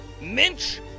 Minch